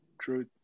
True